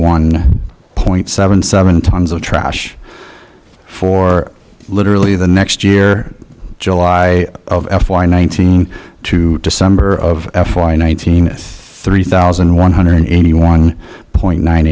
one point seven seven tons of trash for literally the next year july of f y nineteen to december of f y nineteen three thousand one hundred eighty one point nine